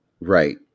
Right